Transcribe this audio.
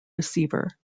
receiver